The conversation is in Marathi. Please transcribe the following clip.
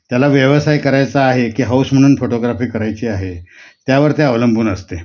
त्याला व्यवसाय करायचा आहे की हौस म्हणून फोटोग्राफी करायची आहे त्यावर त्या अवलंबून असते